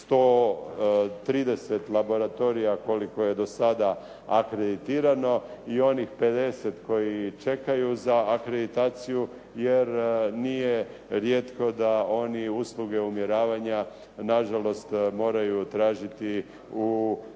130 laboratorija koliko je do sada akreditirano i onih pedeset koji čekaju za akreditaciju jer nije rijetko da oni usluge umjeravanja nažalost moraju tražiti u inozemstvu